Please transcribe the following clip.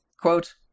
Quote